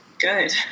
Good